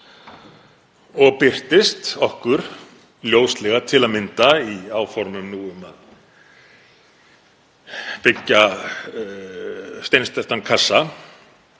og birtist okkur ljóslega til að mynda í áformum um að byggja steinsteyptan kassa